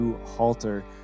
Halter